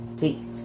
Peace